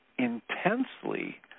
intensely